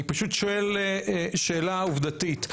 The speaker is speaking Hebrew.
אני פשוט שואל שאלה עובדתית.